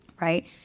Right